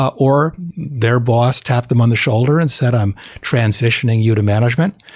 or their boss tapped them on the shoulder and said, i'm transitioning you to management.